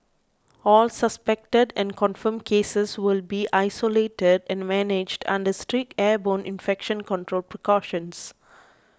all suspected and confirmed cases will be isolated and managed under strict airborne infection control precautions